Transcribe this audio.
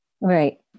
Right